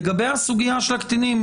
לגבי הסוגייה של הקטינים,